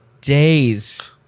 days